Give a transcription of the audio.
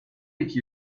iki